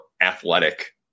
athletic